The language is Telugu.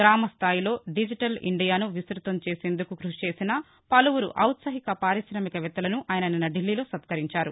గ్రామస్టాయిలో డిజిటల్ ఇండియాను విస్జతం చేసేందుకు కృషిచేసిన పలువురు ఔత్సాహిక పారిశామికవేత్తలను ఆయన నిన్న ఢిల్లీలో సత్కరించారు